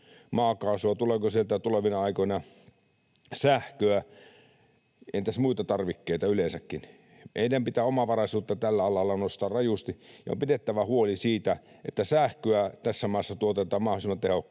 maakaasua, tuleeko sieltä tulevina aikoina sähköä, entäs muita tarvikkeita yleensäkään? Meidän pitää omavaraisuutta tällä alalla nostaa rajusti, ja on pidettävä huoli siitä, että sähköä tässä maassa tuotetaan mahdollisimman tehokkaasti.